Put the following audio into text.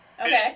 okay